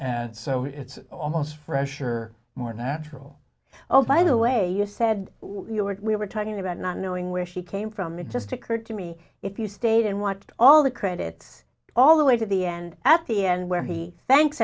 and so it's almost fresher more natural oh by the way you said you were we were talking about not knowing where she came from it just occurred to me if you stayed and watched all the credits all the way to the end at the end where he thanks